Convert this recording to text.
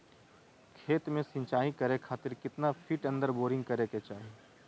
खेत में सिंचाई करे खातिर कितना फिट अंदर बोरिंग करे के चाही?